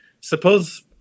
suppose